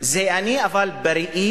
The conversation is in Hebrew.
זה אני, אבל בראי